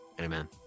Amen